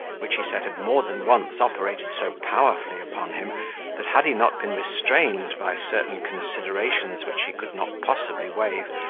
which, he said, had more than once operated so powerfully upon him, that had he not been restrained by certain considerations which he could not possibly waive,